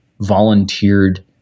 volunteered